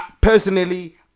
Personally